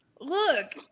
Look